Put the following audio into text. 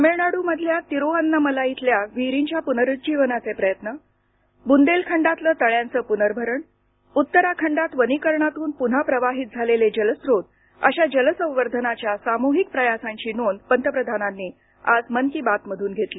तमिळनाडूतल्या तिरूअन्नामलाईतल्या विहिरींच्या पुनरुज्जीवनाचे प्रयत्न बुंदेलखंडातलं तळ्याचं पुनर्भरण उत्तराखंडात वनीकरणातून पुन्हा प्रवाहित झालेले जलस्रोत अशा जलसंवर्धनाच्या सामूहिक प्रयासांची नोंद पंतप्रधानांनी आज मन की बात मधून घेतली